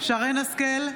שרן מרים השכל,